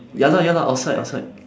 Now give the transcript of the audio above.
ya lah ya lah outside outside